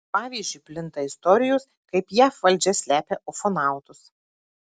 pavyzdžiui plinta istorijos kaip jav valdžia slepia ufonautus